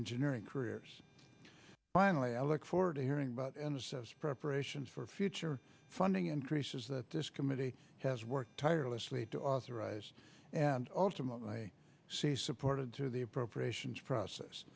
engineering careers finally i look forward to hearing about and assess preparations for future funding increases that this committee has worked tirelessly to authorize and ultimately see supported through the appropriations process